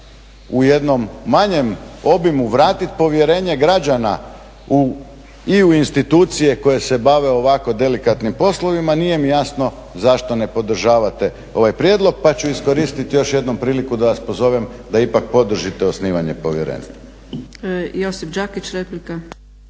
u jednom manjem obimu vratiti povjerenje građana i u institucije koje se bave ovako delikatnim poslovima nije mi jasno zašto ne podržavate ovaj prijedlog. Pa ću iskoristiti još jednom priliku da vas pozovem da ipak podržite osnivanje povjerenstva.